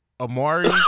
Amari